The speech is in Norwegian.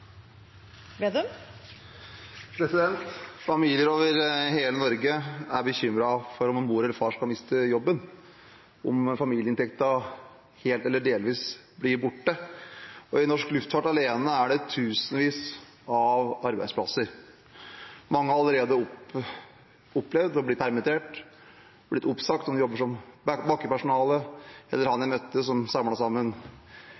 Familier over hele Norge er bekymret for om en mor eller far skal miste jobben – om familieinntekten, helt eller delvis, blir borte. I norsk luftfart alene er det tusenvis av arbeidsplasser. Mange har allerede opplevd å bli permittert, har blitt oppsagt. De jobber som bakkepersonale, eller som han jeg møtte som samlet sammen